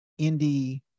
indie